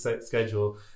schedule